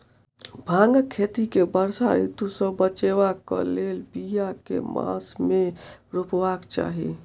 भांगक खेती केँ वर्षा ऋतु सऽ बचेबाक कऽ लेल, बिया केँ मास मे रोपबाक चाहि?